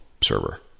server